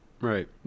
right